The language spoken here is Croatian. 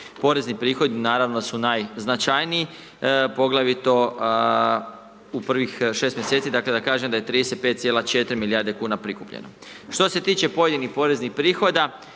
Porezni prihodu naravno su najznačajniji, poglavito u prvih 6 mjeseci, dakle da kažem da je 35,4 milijarde kuna prikupljeno. Što se tiče pojedinih poreznih prihoda,